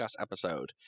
episode